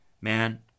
man